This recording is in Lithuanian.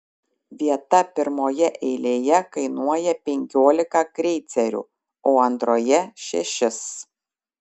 vieta pirmoje eilėje kainuoja penkiolika kreicerių o antroje šešis